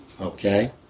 Okay